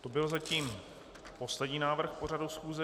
To byl zatím poslední návrh k pořadu schůze.